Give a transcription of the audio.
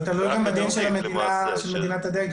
זה תלוי גם בדין של מדינת הדגל.